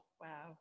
Wow